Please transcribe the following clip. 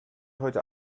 heute